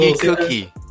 cookie